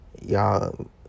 y'all